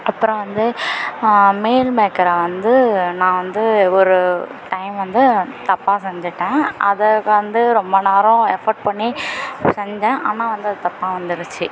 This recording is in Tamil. அப்பறம் வந்து மீல் மேக்கரை வந்து நான் வந்து ஒரு டைம் வந்து தப்பாக செஞ்சுட்டேன் அதுக்கு வந்து ரொம்ப நேரம் எஃபர்ட் பண்ணி செஞ்சேன் ஆனால் வந்து அது தப்பாக வந்துருச்சு